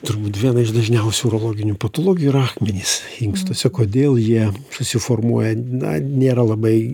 turbūt viena iš dažniausių urologinių patologijų yra akmenys inkstuose kodėl jie susiformuoja na nėra labai